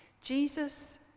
Jesus